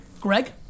Greg